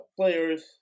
players